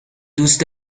دوست